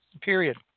period